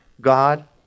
God